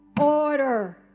Order